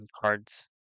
cards